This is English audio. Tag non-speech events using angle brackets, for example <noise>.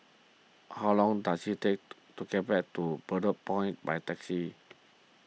how long does it take <unintelligible> to get to Bedok Point by taxi